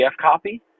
copy